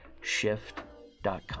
Shift.com